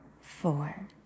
four